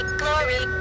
glory